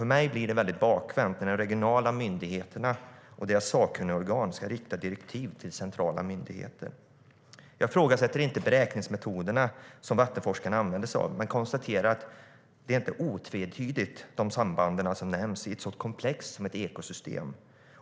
För mig blir det väldigt bakvänt när de regionala myndigheterna och deras sakkunniga organ ska rikta direktiv till centrala myndigheter. Jag ifrågasätter inte beräkningsmetoderna som vattenforskarna använder sig av. Men jag konstaterar att sambanden inte är otvetydiga i något så komplext som ett ekosystem.